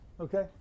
Okay